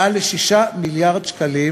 מעל 6 מיליארד שקלים,